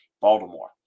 Baltimore